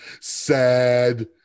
Sad